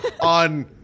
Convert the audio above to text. on